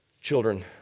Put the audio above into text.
children